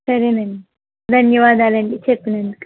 సరేనండి ధన్యవాదాలండి చెప్పినందుకు